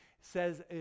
says